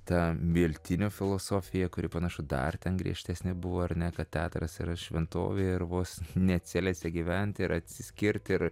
ta miltinio filosofija kuri panašu dar ten griežtesnė buvo ar ne kad teatras yra šventovė ir vos ne celėse gyventi ir atsiskirt ir